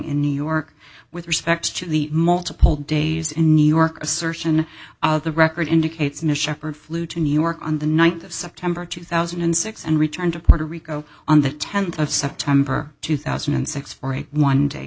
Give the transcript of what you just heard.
in new york with respect to the multiple days in new york assertion of the record indicates in a shopper flew to new york on the ninth of september two thousand and six and returned to puerto rico on the tenth of september two thousand and six for a one day